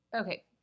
okay